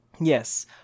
Yes